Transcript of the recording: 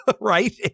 right